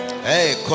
Hey